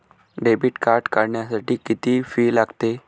Debit card काढण्यासाठी किती fee लागते?